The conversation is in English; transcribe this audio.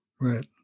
Right